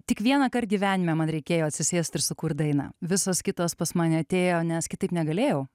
tik vienąkart gyvenime man reikėjo atsisėst ir sukurt dainą visos kitos pas mane atėjo nes kitaip negalėjau